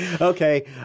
Okay